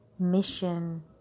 Mission